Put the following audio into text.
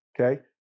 okay